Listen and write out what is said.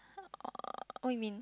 uh what you mean